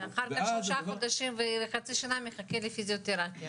ואחר כך שלושה חודשים וחצי שנה הוא מחכה לפיזיותרפיה.